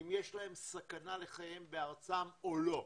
אם יש להם סכנה לחייהם בארצם או לא,